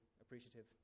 appreciative